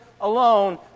alone